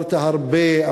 אמרת הרבה,